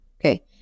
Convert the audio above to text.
okay